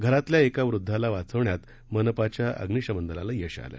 घरातल्या एका वृध्दाला वाचवण्यात मनपाच्या अग्निशमन दलाला यश आले